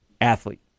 athlete